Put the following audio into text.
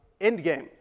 Endgame